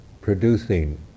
producing